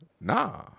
Nah